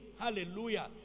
Hallelujah